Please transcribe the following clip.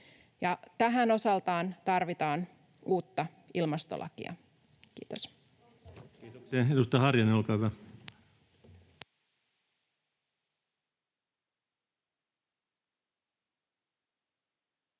tähän osaltaan tarvitaan uutta ilmastolakia. — Kiitos.